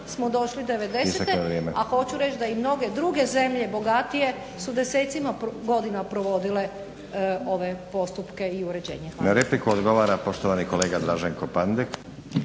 smo došli '90., a hoću reći da i mnoge druge zemlje, bogatije, su desecima godina provodile ove postupke i uređenje. Hvala. **Stazić, Nenad (SDP)** Na repliku odgovara poštovani kolega Draženko Pandek.